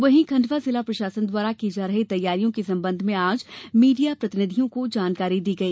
वही खंडवा जिला प्रशासन द्वारा की जा रही तैयारियों के संबंध में आज मीडिया प्रतिनिधियों को जानकारी दी गई